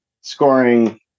scoring